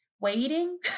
waiting